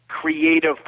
creative